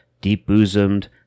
deep-bosomed